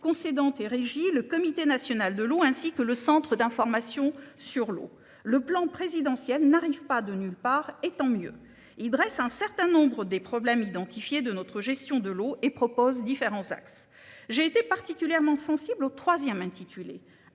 concédantes et régies. Le comité national de l'eau ainsi que le Centre d'information sur l'eau le plan présidentiel n'arrive pas de nulle part et tant mieux, il dresse un certain nombre des problèmes identifiés de notre gestion de l'eau et propose différents axes. J'ai été particulièrement sensible au 3ème intitulé